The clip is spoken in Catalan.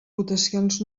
votacions